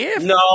No